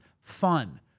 fun